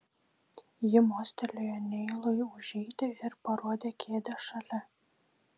ji mostelėjo neilui užeiti ir parodė kėdę šalia